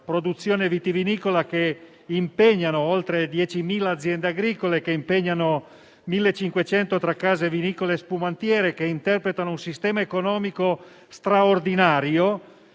produzione vitivinicola, più di 10.000 aziende agricole e 1.500 tra case vinicole e spumantiere, che interpretano un sistema economico straordinario